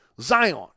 Zion